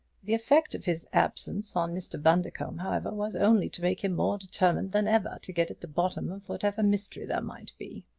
the effect of his absence on mr. bundercombe, however, was only to make him more determined than ever to get at the bottom of whatever mystery there might be.